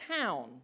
town